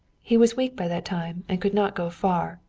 he was weak by that time, and could not go far.